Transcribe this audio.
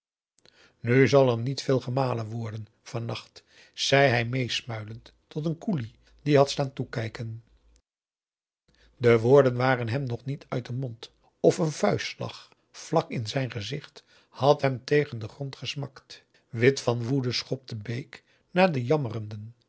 nu zal er niet veel gemalen worden van nacht zei hij meesaugusta de wit orpheus in de dessa muilend tot een koelie die had staan toekijken de woorden waren hem nog niet uit den mond of een vuistslag vlak in zijn gezicht had hem tegen den grond gesmakt wit van woede schopte bake naar den